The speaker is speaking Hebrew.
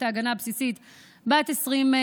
מקסימלית של חמש שנים מעבר לתקופת ההגנה הבסיסית בת 20 שנה.